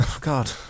God